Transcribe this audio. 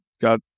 got